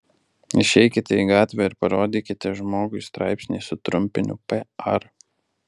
išeikite į gatvę ir parodykite žmogui straipsnį su trumpiniu pr